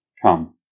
Come